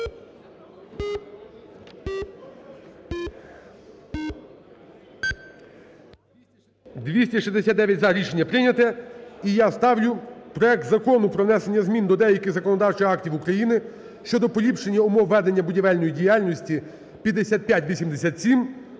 За-269 Рішення прийняте. І я ставлю проект Закону про внесення змін до деяких законодавчих актів України щодо поліпшення умов ведення будівельної діяльності (5587)